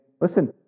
listen